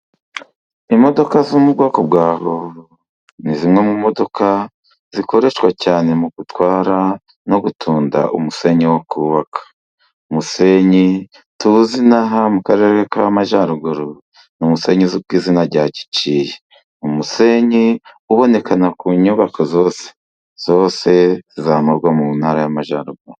Imodoka zo mu bwoko bwa Roro, ni zimwe mu modoka zikoreshwa cyane mu gutwara no gutunda umusenyi wo kubaka , umusenyi tuzi in'aha mu ntara k'Amajyaruguru ni umusenyi uzwi ku izina rya kiciye ,umusenyi uboneka ku nyubako zose ziboneka mu ntara y'amajyaruguru.